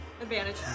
Advantage